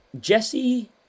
Jesse